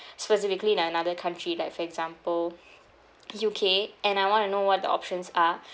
specifically in an~ another country like for example U_K and I want to know what the options are